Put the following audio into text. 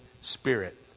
spirit